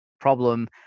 problem